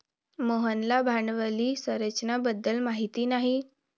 मोहनला भांडवली संरचना बद्दल माहिती नाही